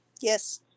yes